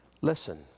Listen